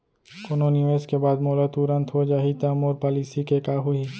कोनो निवेश के बाद मोला तुरंत हो जाही ता मोर पॉलिसी के का होही?